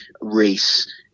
race